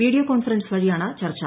video conference വഴിയാണ് ചർച്ചു